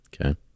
Okay